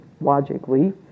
logically